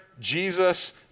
Jesus